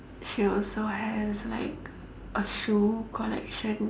she also has like a shoe collection